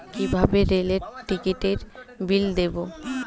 কিভাবে রেলের টিকিটের বিল দেবো?